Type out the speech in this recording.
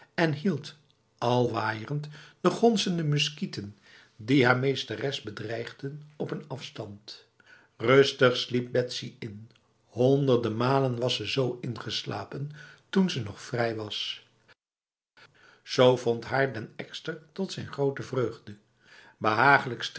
en hield al waaierend de gonzende muskieten die haar meesteres bedreigden op een afstand rustig sliep betsy in honderden malen was ze z ingeslapen toen ze nog vrij was z vond haar den ekster tot zijn grote vreugde behaaglijk